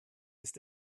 ist